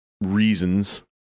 reasons